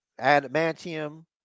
Adamantium